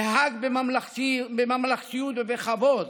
נהג בממלכתיות ובכבוד